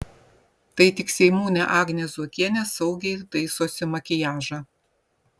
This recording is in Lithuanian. tai tik seimūnė agnė zuokienė saugiai taisosi makiažą